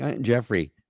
Jeffrey